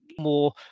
more